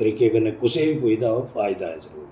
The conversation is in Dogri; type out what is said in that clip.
तरीके कन्नै कुसै गी पुजदा होग फायदा जरूर ऐ